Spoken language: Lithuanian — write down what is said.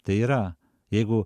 tai yra jeigu